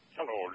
Hello